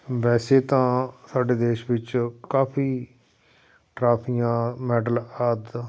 ਵੈਸੇ ਤਾਂ ਸਾਡੇ ਦੇਸ਼ ਵਿੱਚ ਕਾਫੀ ਟਰਾਫੀਆਂ ਮੈਡਲ ਆਦਿ